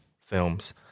films